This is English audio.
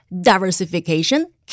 diversification